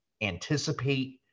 anticipate